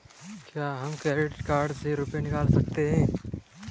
क्या हम credit card से रुपये निकाल सकते हैं?